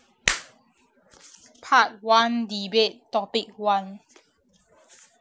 part one debate topic one